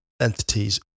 entities